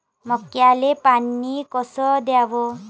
मक्याले पानी कस द्याव?